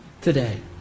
today